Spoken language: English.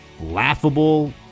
laughable